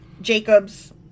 Jacob's